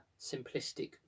simplistic